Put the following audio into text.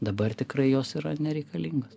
dabar tikrai jos yra nereikalingos